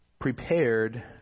prepared